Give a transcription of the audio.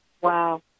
Wow